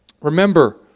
Remember